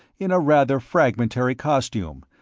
in a rather fragmentary costume,